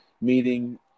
meeting